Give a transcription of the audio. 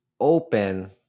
open